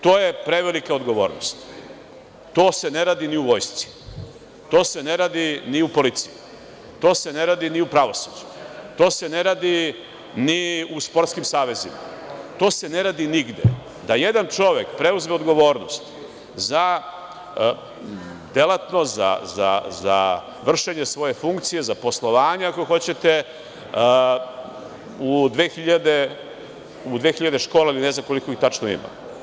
To je prevelika odgovornost, to se ne radi ni u vojsci, to se ne radi ni u policiji, to se ne radi ni u pravosuđu, to se ne radi ni u sportskim savezima, ne radi se nigde, da jedan čovek preuzme odgovornost za delatnost, za vršenje svoje funkcije, za poslovanja, ako hoćete u 2000 škola, koliko ih već tačno ima.